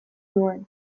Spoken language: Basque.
nuen